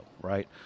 right